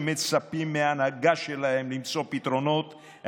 שמצפים מההנהגה שלהם למצוא פתרונות,